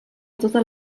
totes